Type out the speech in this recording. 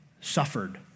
suffered